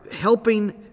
helping